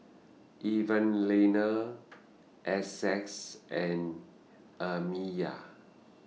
Evalena Essex and Amiya